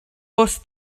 post